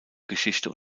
geschichte